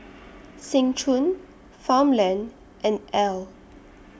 Seng Choon Farmland and Elle